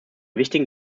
wichtigen